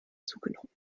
zugenommen